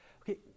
okay